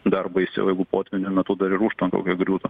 dar baisiau jeigu potvynio metu dar ir užtvanka kokia griūtų